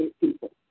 people